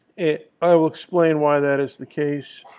i will explain why that is the case.